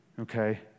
okay